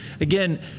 again